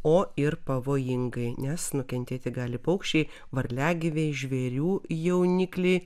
o ir pavojingai nes nukentėti gali paukščiai varliagyviai žvėrių jaunikliai